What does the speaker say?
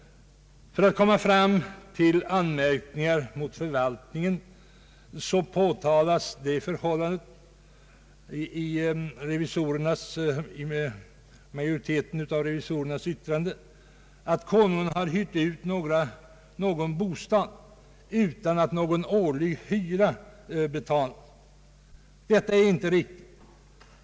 För att komma fram till anmärkningar mot förvaltningen påtalar majoriteten av revisorerna att Konungen har hyrt ut bostäder utan att någon årlig hyra betalats. Det är inte riktigt.